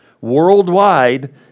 worldwide